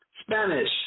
Spanish